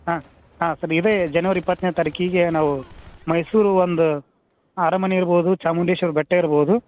ಹಾಂ ಹಾಂ ಸರ್ ಇದೇ ಜನ್ವರಿ ಇಪ್ಪತ್ತನೇ ತಾರೀಖಿಗೆ ನಾವು ಮೈಸೂರು ಒಂದು ಅರಮನೆ ಇರ್ಬೋದು ಚಾಮುಂಡಿಶ್ವರಿ ಬೆಟ್ಟ ಇರ್ಬೋದು